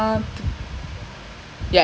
oh so it's just exactly one hour lah ya